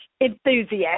enthusiastic